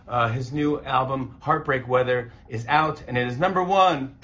his new album, heartbreak weather, is out, and it is number one.